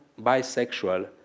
bisexual